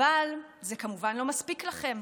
אבל זה כמובן לא מספיק לכם.